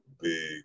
big